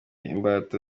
imbata